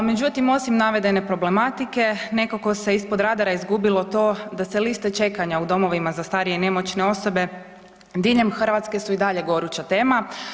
Međutim, osim navedene problematike nekako se ispod radara izgubilo to da se liste čekanja u domovima za starije i nemoćne osobe diljem Hrvatske su i dalje goruća tema.